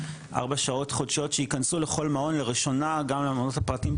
ארבע שעות חודשיות שייכנסו לכל מעון לראשונה גם למעונות הפרטיים,